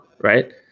Right